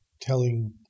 telling